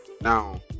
Now